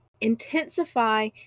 Intensify